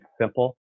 simple